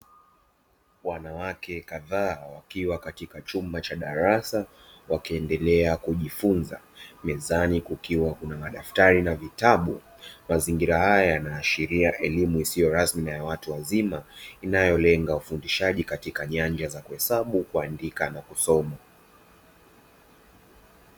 Wanawake kadhaa wakiwa katika chumba cha darasa wakiendelea kujifunza mezani kukiwa na madaftari na vitabu. Mazingira haya yanaashiria elimu isiyo rasmi na ya watu wazima inayolenga ufundishaji katika nyanja za kuhesabu, kuandika na kusoma.